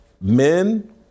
men